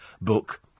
book